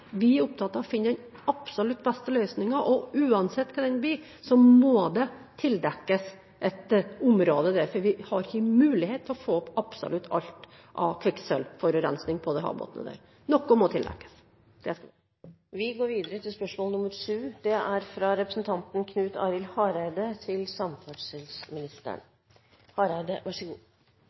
Vi er opptatt av å finne den absolutt beste løsningen. Uansett hva den blir, må det tildekkes et område der, for vi har ikke mulighet til å få opp absolutt alt av kvikksølvforurensing på den havbunnen. Noe må tildekkes. «I en rapport fra Riksrevisjonen 11. desember 2012 kommer det fram at det har vært en betydelig økning av driftskostnadene i bompengeselskapene fra 2005 til